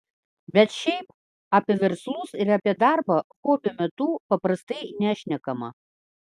bet šiaip apie verslus ir apie darbą hobio metu paprastai nešnekama